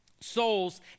souls